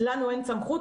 לנו אין סמכות.